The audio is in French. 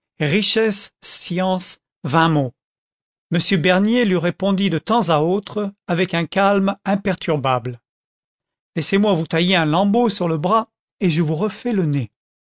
book search generated at m bernier lui répondait de temps à autre avec un calme imperturbable laissez-moi vous tailler un lambeau sur le bras et je vous refais le nez